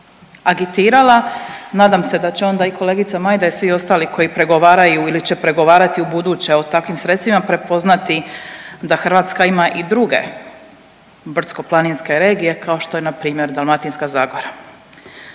agitirala, nadam se da će onda i kolegica Majda i svi ostali koji pregovaraju ili će pregovarati ubuduće u takvim sredstvima prepoznati da Hrvatska ima i druge brdsko-planinske regije kao što je npr. Dalmatinska zagora,